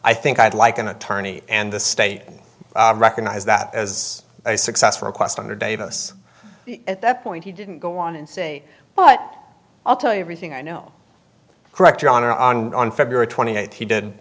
i think i'd like an attorney and the state recognized that as a success request under davis at that point he didn't go on and say but i'll tell you everything i know correct your honor on on february twenty eighth he did